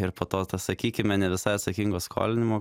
ir po to tas sakykime ne visai atsakingo skolinimo